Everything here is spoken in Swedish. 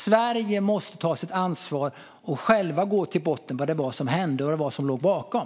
Sverige måste ta sitt ansvar och gå till botten med vad som hände och vad som låg bakom.